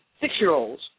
six-year-olds